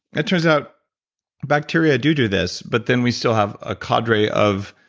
it turns out bacteria do do this but then we still have a cadre of